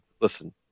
listen